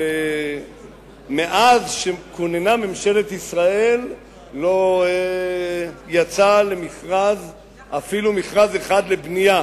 שמאז כוננה ממשלת ישראל לא יצא אפילו מכרז אחד לבנייה: